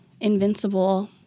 invincible